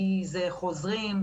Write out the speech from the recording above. כי זה חוזרים,